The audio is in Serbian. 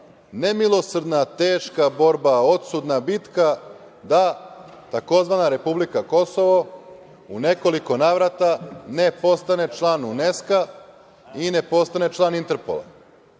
nemilosrdna, teška borba, odsudna bitka da tzv. republika Kosovo u nekoliko navrata ne postane član UNESKO i ne postane član Interpola.